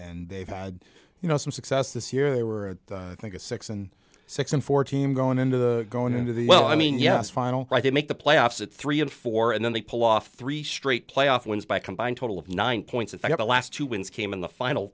and they've had you know some success this year they were think a six and six and four team going into the going into the well i mean yes finally i could make the playoffs at three and four and then they pull off three straight playoff wins by combined total of nine points if i got the last two wins came in the final